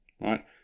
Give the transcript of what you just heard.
right